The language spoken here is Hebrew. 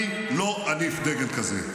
אני לא אניף דגל כזה.